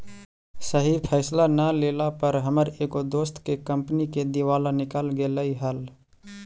सही फैसला न लेला पर हमर एगो दोस्त के कंपनी के दिवाला निकल गेलई हल